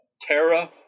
Terra